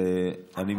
אה, קארין, גם את פה.